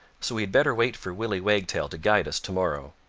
so we had better wait for willy wagtail to guide us to-morrow.